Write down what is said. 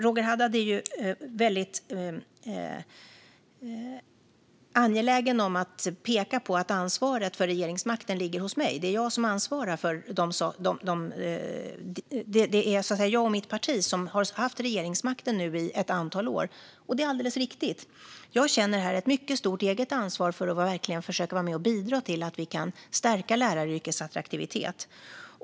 Roger Haddad är angelägen om att peka på att ansvaret för regeringsmakten ligger hos mig; det är jag och mitt parti som har ansvaret och har haft regeringsmakten i ett antal år. Det är alldeles riktigt. Jag känner ett mycket stort eget ansvar för att verkligen försöka bidra till att vi kan stärka läraryrkets attraktivitet.